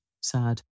sad